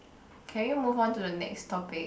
can we move on to the next topic